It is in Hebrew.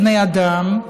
בני אדם,